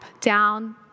down